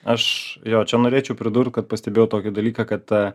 aš jo čia norėčiau pridurt kad pastebėjau tokį dalyką kad ta